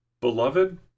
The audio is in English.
Beloved